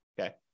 Okay